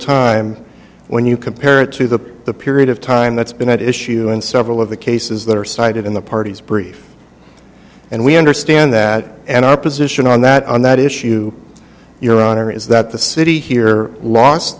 time when you compare it to the the period of time that's been at issue in several of the cases that are cited in the party's brief and we understand that and our position on that on that issue your honor is that the city here lost